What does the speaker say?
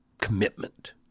commitment